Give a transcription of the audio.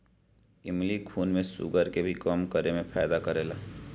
इमली खून में शुगर के भी कम करे में फायदा करेला